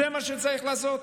זה מה שצריך לעשות?